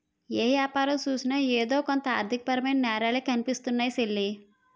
ఏ యాపారం సూసినా ఎదో కొంత ఆర్దికమైన నేరాలే కనిపిస్తున్నాయ్ సెల్లీ